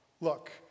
look